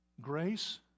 grace